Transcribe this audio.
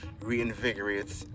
reinvigorate